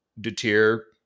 deter